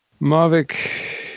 Mavic